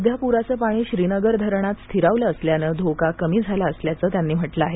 सध्या पुराचं पाणी श्रीनगर धरणात स्थिरावलं असल्यानं धोका कमी झाला असल्याचं त्यांनी म्हटलं आहे